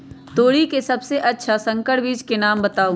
तोरी के सबसे अच्छा संकर बीज के नाम बताऊ?